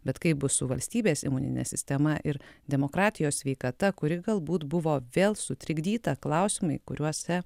bet kaip bus su valstybės imunine sistema ir demokratijos sveikata kuri galbūt buvo vėl sutrikdyta klausimai kuriuose